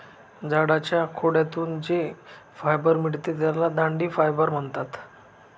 झाडाच्या खोडातून जे फायबर मिळते त्याला दांडी फायबर म्हणतात